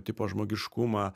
tipo žmogiškumą